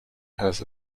has